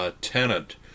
tenant